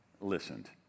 Listened